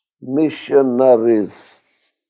Missionaries